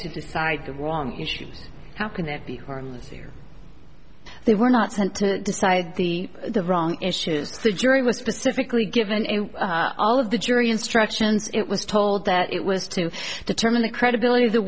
to decide the wrong issues how can it be harmless here they were not sent to decide the the wrong issue is the jury was specifically given in all of the jury instructions it was told that it was to determine the credibility of the